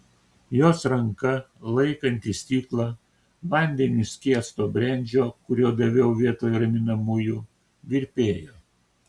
jos ranka laikanti stiklą vandeniu skiesto brendžio kurio daviau vietoj raminamųjų virpėjo